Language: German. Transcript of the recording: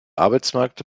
arbeitsmarkt